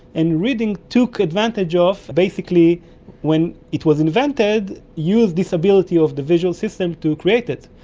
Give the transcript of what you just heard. and reading took advantage of. basically when it was invented, used this ability of the visual system to create it.